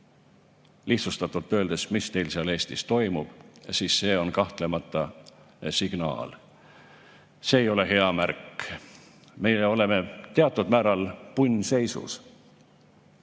lihtsustatult öeldes, mis teil seal Eestis toimub, siis see on kahtlemata signaal. See ei ole hea märk. Meie oleme teatud määral punnseisus,